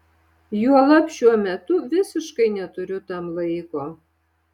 juolab šiuo metu visiškai neturiu tam laiko